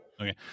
okay